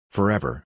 Forever